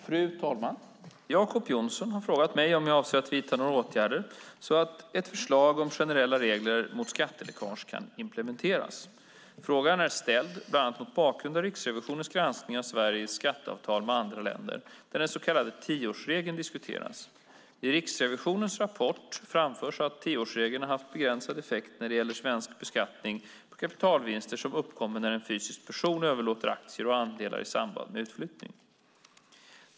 Fru talman! Jacob Johnson har frågat mig om jag avser att vidta några åtgärder så att ett förslag om generella regler mot skatteläckage kan implementeras. Frågan är ställd bland annat mot bakgrund av Riksrevisionens granskning av Sveriges skatteavtal med andra länder där den så kallade tioårsregeln diskuteras. I Riksrevisionens rapport framförs att tioårsregeln har haft begränsad effekt när det gäller svensk beskattning på kapitalvinster som uppkommer när en fysisk person överlåter aktier och andelar i samband med utflyttning.